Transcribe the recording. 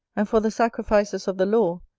and for the sacrifices of the law,